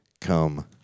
come